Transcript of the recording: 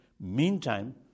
meantime